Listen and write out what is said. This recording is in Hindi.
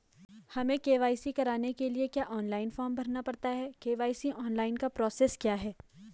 हमें के.वाई.सी कराने के लिए क्या ऑनलाइन फॉर्म भरना पड़ता है के.वाई.सी ऑनलाइन का प्रोसेस क्या है?